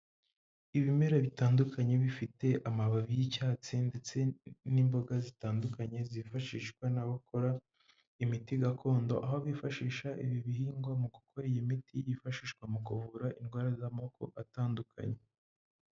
Ibimera bitandukanye bifite amababi y'icyatsi ndetse n'imboga zitandukanye zifashishwa n'abakora imiti gakondo, aho bifashisha ibi bihingwa mu gukora iyi miti yifashishwa mu kuvura indwara z'amoko atandukanye.